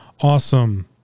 awesome